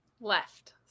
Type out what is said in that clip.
left